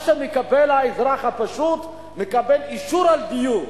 מה שמקבל האזרח הפשוט, הוא מקבל אישור על דיור.